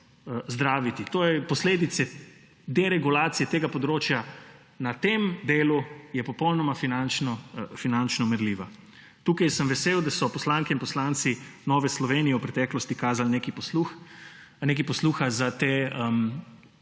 zdraviti. Posledica deregulacije tega področja na tem delu je popolnoma finančno merljiva. Tukaj sem vesel, da so poslanke in poslanci Nove Slovenije v preteklosti kazali nekaj posluha za